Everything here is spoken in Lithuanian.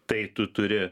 tai tu turi